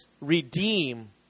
redeem